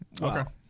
Okay